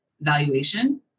valuation